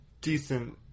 decent